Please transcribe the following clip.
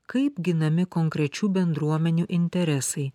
kaip ginami konkrečių bendruomenių interesai